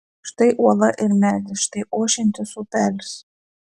štai uola ir medis štai ošiantis upelis